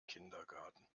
kindergarten